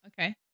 Okay